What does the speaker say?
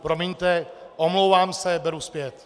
Promiňte, omlouvám se, beru zpět.